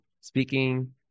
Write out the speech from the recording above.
speaking